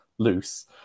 loose